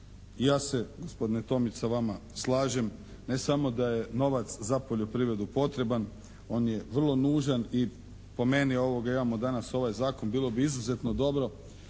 Ja se gospodine Tomić sa vama slažem. Ne samo da je novac za poljoprivredu potreban, on je vrlo nužan i po meni imamo danas ovaj zakon. Bilo bi izuzetno dobro